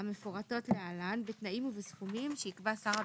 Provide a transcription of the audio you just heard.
המפורטות להלן, בתנאים ובסכומים שיקבע שר הביטחון: